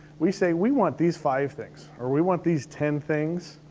we say we want these five things, or we want these ten things.